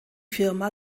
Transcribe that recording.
firma